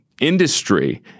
industry